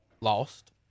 lost